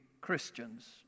Christians